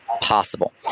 possible